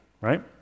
right